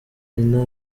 nta